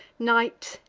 night,